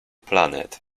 planet